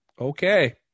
Okay